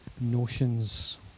notions